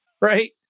right